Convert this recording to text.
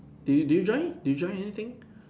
do you do you join do you join anything